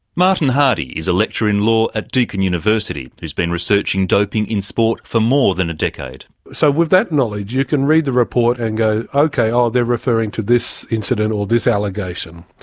martin hardie is a lecturer in law at deakin university who has been researching doping in sport for more than a decade. so with that knowledge you can read the report and go, okay, they are referring to this incident or this allegation,